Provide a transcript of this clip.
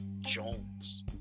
Jones